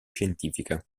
scientifica